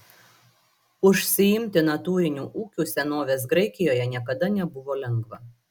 užsiimti natūriniu ūkiu senovės graikijoje niekada nebuvo lengva